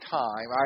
time